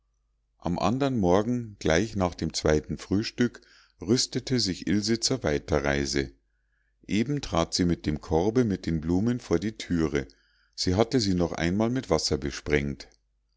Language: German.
am andern morgen gleich nach dem zweiten frühstück rüstete sich ilse zur weiterreise eben trat sie mit dem korbe mit den blumen vor die thüre sie hatte sie noch einmal mit wasser besprengt